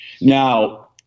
Now